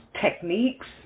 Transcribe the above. techniques